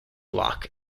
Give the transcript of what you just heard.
loch